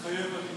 מתחייב אני